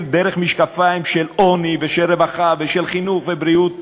דרך משקפיים של עוני ושל רווחה ושל חינוך ובריאות,